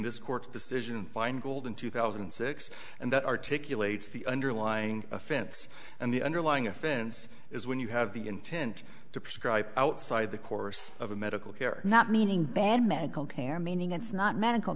this court decision finegold in two thousand and six and that articulate is the underlying offense and the underlying offense is when you have the intent to prescribe outside the course of a medical care not meaning ban medical care meaning it's not medical